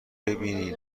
ببینین